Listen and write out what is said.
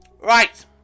Right